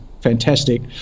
fantastic